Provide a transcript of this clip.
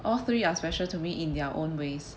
all three are special to me in their own ways